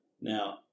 Now